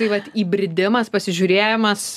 tai vat įbridimas pasižiūrėjimas